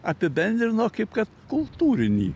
apibendrino kaip kad kultūrinį